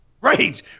Right